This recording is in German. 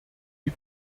die